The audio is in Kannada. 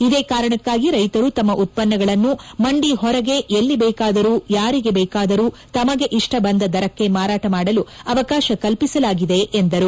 ಇದೇ ಕಾರಣಕ್ನಾಗಿ ರೈತರು ತಮ್ಮ ಉತ್ಪನ್ನಗಳನ್ನು ಮಂಡಿ ಹೊರಗೆ ಎಲ್ಲಿ ಬೇಕಾದರೂ ಯಾರಿಗೆ ಬೇಕಾದರೂ ತಮಗೆ ಇಷ್ಲ ಬಂದ ದರಕ್ಷೆ ಮಾರಾಟ ಮಾಡಲು ಅವಕಾಶ ಕಲ್ಪಿಸಲಾಗಿದೆ ಎಂದರು